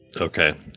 Okay